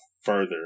further